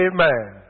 Amen